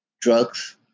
drugs